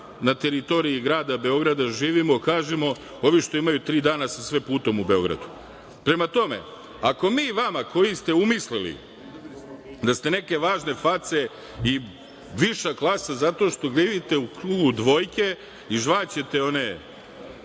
na teritoriji grada Beograda živimo, kažemo ovi što imaju tri dana sa sve putom u Beogradu. Prema tome, ako mi vama koji ste umislili da ste neke važne face i viša klasa, zato što živite u krugu dvojke i žvaćete one